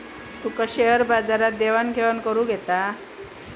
तुका share बाजारात देवाण घेवाण करुक येता?